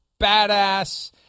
badass –